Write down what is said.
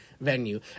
venue